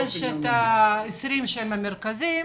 יש את ה-20 המרכזיים,